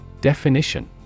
Definition